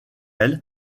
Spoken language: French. elles